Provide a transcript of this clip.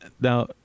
now